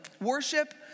Worship